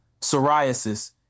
psoriasis